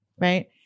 right